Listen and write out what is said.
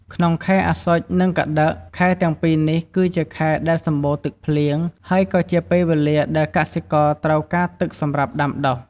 ក្នុងខែអស្សុជ និងកត្តិក: ខែទាំងពីរនេះគឺជាខែដែលសម្បូរទឹកភ្លៀង ហើយក៏ជាពេលវេលាដែលកសិករត្រូវការទឹកសម្រាប់ដាំដុះ។